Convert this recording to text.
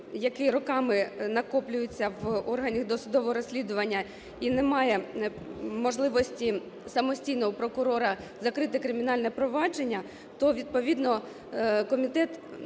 які роками накоплюються в органах досудового розслідування і немає можливості самостійно у прокурора закрити кримінальне провадження, то відповідно комітет